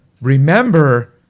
remember